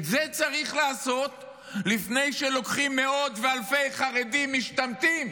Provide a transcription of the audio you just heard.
את זה צריך לעשות לפני שלוקחים מאות ואלפי חרדים משתמטים